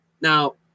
Now